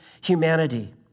humanity